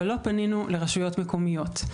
לא פנינו לרשויות מקומיות.